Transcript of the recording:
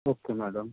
okay madam